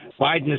Biden